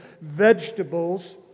vegetables